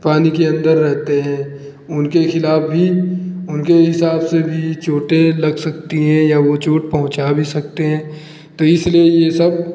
पानी के अंदर रहते हैं उनके खिलाफ भी उनके हिसाब से भी ये चोटें लग सकती हैं या वो चोट पहुँचा भी सकते हैं तो इसलिए ये सब